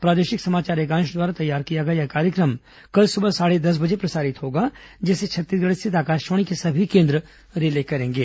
प्रादेशिक समाचार एकांश द्वारा तैयार किया गया यह कार्यक्रम कल सुबह साढ़े दस बजे प्रसारित होगा जिसे छत्तीसगढ़ स्थित आकाशवाणी के सभी केन्द्र रिले करेंगे